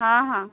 ହଁ ହଁ